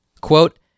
Quote